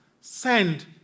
send